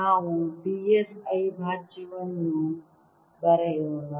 ನಾವು d s ಅವಿಭಾಜ್ಯವನ್ನೂ ಬರೆಯೋಣ